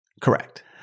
Correct